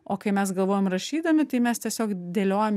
o kai mes galvojam rašydami tai mes tiesiog dėliojam